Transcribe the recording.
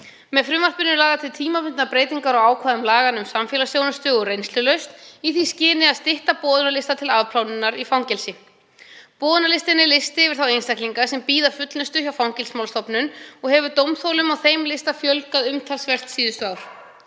Með frumvarpinu eru lagðar til tímabundnar breytingar á ákvæðum laganna um samfélagsþjónustu og reynslulausn í því skyni að stytta boðunarlista til afplánunar í fangelsi. Boðunarlisti er listi yfir þá einstaklinga sem bíða fullnustu hjá Fangelsismálastofnun og hefur dómþolum á þeim lista fjölgað umtalsvert síðustu ár.